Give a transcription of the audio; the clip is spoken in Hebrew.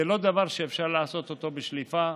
זה לא דבר שאפשר לעשות אותו בשליפה,